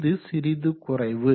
இது சிறிது குறைவு